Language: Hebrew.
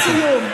לסיום,